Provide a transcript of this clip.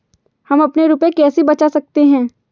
हम अपने रुपये कैसे बचा सकते हैं?